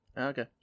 Okay